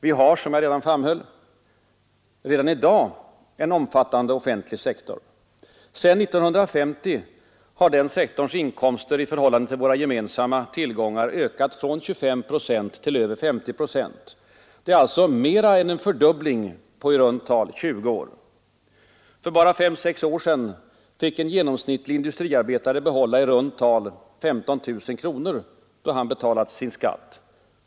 Vi har, som jag nyss framhöll, redan i dag en omfattande offentlig sektor. Sedan 1950 har den sektorns inkomster i förhållande till våra gemensamma tillgångar ökat från 25 procent till över 50 procent. Det är alltså mer än en fördubbling på i runt tal 20 år. För bara 5—6 år sedan fick en genomsnittlig industriarbetare behålla i runt tal 15 000 kronor, då han betalat sin skatt.